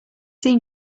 seen